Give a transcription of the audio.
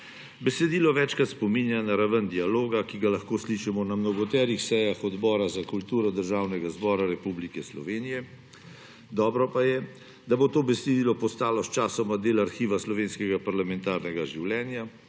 Besedilo večkrat spominja na raven dialoga, ki ga lahko slišimo na mnogoterih sejah Odbora za kulturo Državnega zbora Republike Slovenije, dobro pa je, da bo to besedilo postalo sčasoma del arhiva slovenskega parlamentarnega življenja,